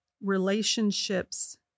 relationships